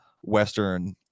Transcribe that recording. Western